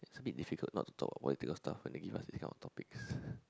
it's a bit difficult not to talk about political stuff when they give us these kind of topics